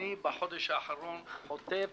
בחודש האחרון אני חוטף